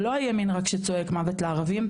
זה לא הימין רק שצועק מוות לערבים,